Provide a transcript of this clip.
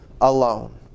alone